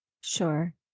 Sure